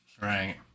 right